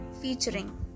featuring